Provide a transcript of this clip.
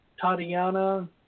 Tatiana